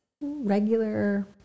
regular